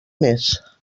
més